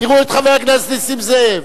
תראו את חבר הכנסת נסים זאב.